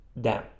down